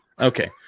okay